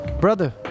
brother